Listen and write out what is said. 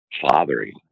fathering